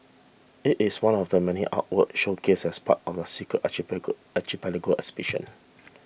it is one of the many artworks showcased as part of the Secret Archipelago Archipelago exhibition